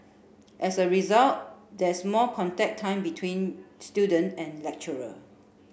as a result there's more contact time between student and lecturer